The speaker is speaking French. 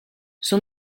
son